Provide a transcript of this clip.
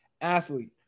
athlete